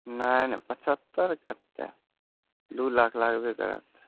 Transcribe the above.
नहि नहि पचहत्तरि कतय दू लाख लागबे करत